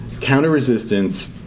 counter-resistance